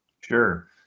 Sure